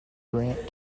grant